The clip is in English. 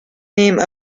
name